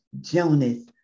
Jonas